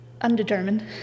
undetermined